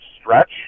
stretch